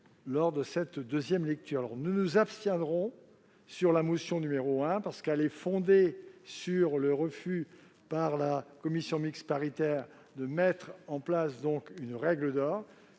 de cette nouvelle lecture. Nous nous abstiendrons sur la présente motion, parce qu'elle est fondée sur le refus par la commission mixte paritaire de mettre en place une règle d'or.